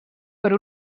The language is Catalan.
per